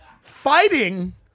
fighting